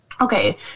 Okay